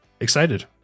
excited